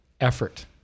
effort